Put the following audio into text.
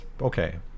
okay